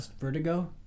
Vertigo